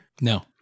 No